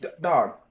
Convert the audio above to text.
Dog